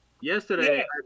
Yesterday